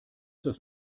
das